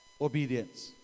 obedience